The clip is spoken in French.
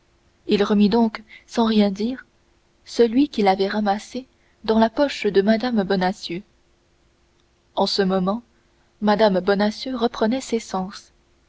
il remit donc sans rien dire celui qu'il avait ramassé dans la poche de mme bonacieux en ce moment mme bonacieux reprenait ses sens